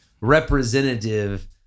representative